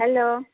hello